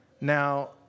Now